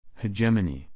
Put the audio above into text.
Hegemony